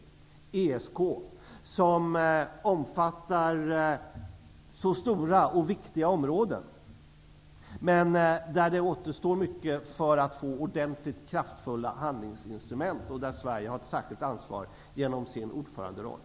Ett annat är ESK, som omfattar så stora och viktiga områden, men där det återstår mycket för att få verkligt kraftfulla handlingsinstrument. Sverige har där ett särskilt ansvar genom sin ordföranderoll.